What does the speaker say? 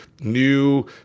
new